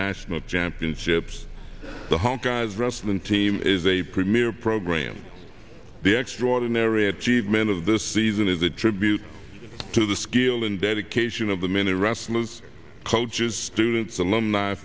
national championships the help guys wrestling team is a premier program the extraordinary achievement of this season is a tribute to the skill and dedication of the many wrestlers cultures students alumni